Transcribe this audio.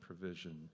provision